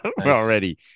already